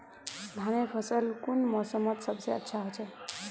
धानेर फसल कुन मोसमोत सबसे अच्छा होचे?